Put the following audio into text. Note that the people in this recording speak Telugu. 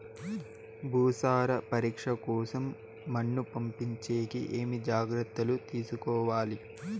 భూసార పరీక్ష కోసం మన్ను పంపించేకి ఏమి జాగ్రత్తలు తీసుకోవాలి?